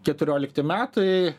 keturiolikti metai